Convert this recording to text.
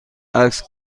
عکس